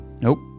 Nope